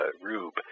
rube